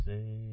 Say